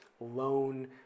loan